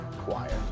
quiet